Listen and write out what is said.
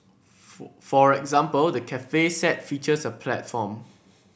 for example the cafe set features a platform